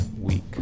week